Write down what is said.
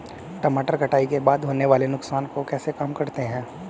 टमाटर कटाई के बाद होने वाले नुकसान को कैसे कम करते हैं?